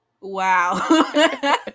Wow